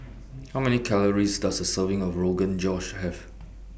How Many Calories Does A Serving of Rogan Josh Have